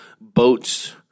boats